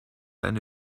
eine